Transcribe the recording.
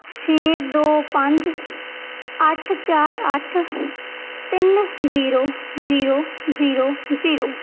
ਛੇ ਦੋ ਪੰਜ ਅੱਠ ਚਾਰ ਅੱਠ ਤਿੰਨ ਜ਼ੀਰੋ ਜ਼ੀਰੋ ਜ਼ੀਰੋ ਜ਼ੀਰੋ